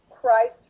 Christ